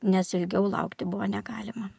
nes ilgiau laukti buvo negalima